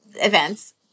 events